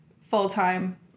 full-time